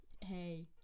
Hey